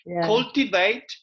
Cultivate